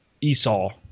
Esau